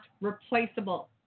replaceable